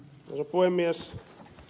arvoisa puhemies